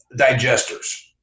digesters